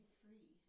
free